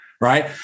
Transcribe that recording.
right